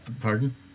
Pardon